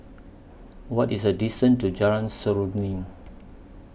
What IS The distance to Jalan Seruling